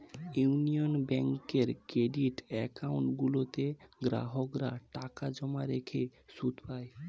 union ব্যাঙ্কের credit account গুলোতে গ্রাহকরা টাকা জমা রেখে সুদ পায়